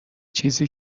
چیزی